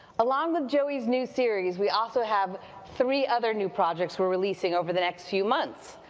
along with joey's new series, we also have three other new projects we're releasing over the next few months,